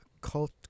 cult